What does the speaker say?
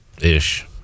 Ish